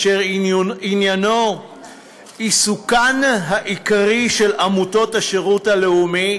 אשר עניינו עיסוקן העיקרי של עמותות השירות הלאומי,